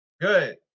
Good